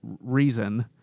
reason